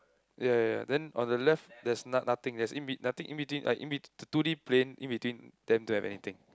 ya ya ya then on the left there's no~ nothing there's in bet~ nothing in between like in totally plane in between them don't have anything